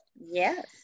Yes